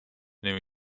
ning